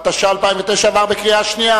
התש"ע 2009, עברה בקריאה שנייה.